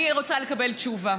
אני רוצה לקבל תשובה.